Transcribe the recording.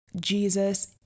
Jesus